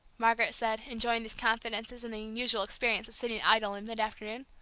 margaret said, enjoying these confidences and the unusual experience of sitting idle in mid-afternoon.